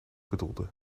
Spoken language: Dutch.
bedoelde